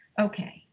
Okay